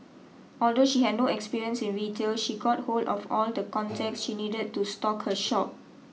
although she had no experience in retail she got hold of all the contacts she needed to stock her shop